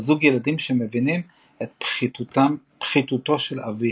או זוג ילדים המבינים את פחיתותו של אביהם.